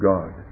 God